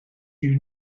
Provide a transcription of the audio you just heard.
you